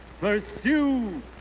pursue